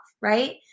right